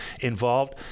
involved